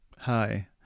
hi